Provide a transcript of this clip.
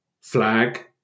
flag